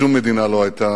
שום מדינה לא היתה